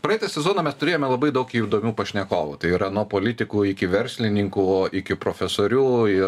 praeitą sezoną mes turėjome labai daug įdomių pašnekovų tai yra nuo politikų iki verslininkų iki profesorių ir